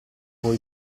poi